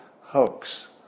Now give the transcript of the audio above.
hoax